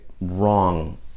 wrong